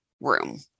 room